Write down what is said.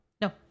No